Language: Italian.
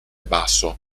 basso